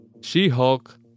She-Hulk